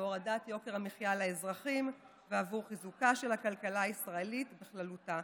הורדת יוקר המחיה לאזרחים ועבור חיזוקה של הכלכלה הישראלית בכללותה.